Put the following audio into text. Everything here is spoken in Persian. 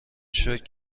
شکر